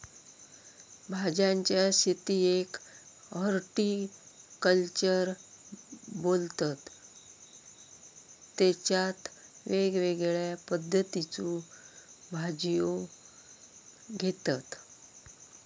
भाज्यांच्या शेतीयेक हॉर्टिकल्चर बोलतत तेच्यात वेगवेगळ्या पद्धतीच्यो भाज्यो घेतत